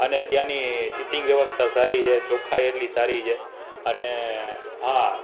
અને ત્યાંની સિટિંગ વ્યવસ્થા સારી છે ચોખ્ખાઈ એટલી સારી છે અને હા